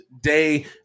day